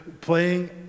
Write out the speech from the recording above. playing